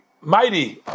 mighty